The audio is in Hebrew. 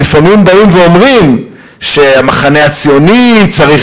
שלפעמים באים ואומרים שהמחנה הציוני צריך